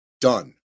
done